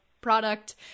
product